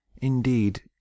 indeed